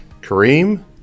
Kareem